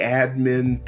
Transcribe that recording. admin